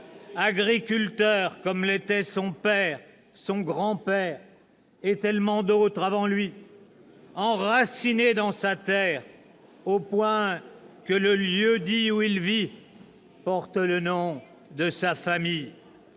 agriculteur comme l'étaient son père, son grand-père et tellement d'autres avant lui, enraciné dans sa terre au point que le lieu-dit où il vit porte le nom de sa famille.